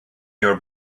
your